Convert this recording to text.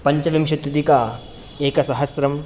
पञ्चविंशत्यधिक एकसहस्रं